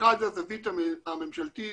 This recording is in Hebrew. אחד- הזווית הממשלתית,